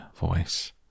voice